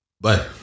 bye